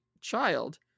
child